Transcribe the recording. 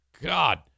God